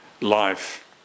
life